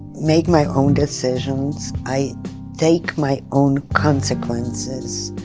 make my own decisions. i take my own consequences.